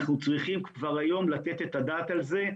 אנחנו צריכים כבר היום לתת את הדעת על זה,